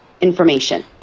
information